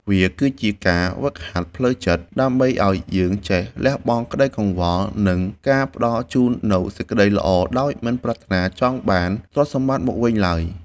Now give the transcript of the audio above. វាគឺជាការហ្វឹកហាត់ផ្លូវចិត្តដើម្បីឱ្យយើងចេះលះបង់ក្តីកង្វល់ និង ការផ្តល់ជូននូវសេចក្តីល្អដោយមិនប្រាថ្នាចង់បានទ្រព្យសម្បត្តិមកវិញឡើយ។